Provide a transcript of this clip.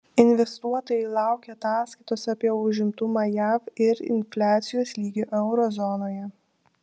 investuotojai laukia ataskaitos apie užimtumą jav ir infliacijos lygį euro zonoje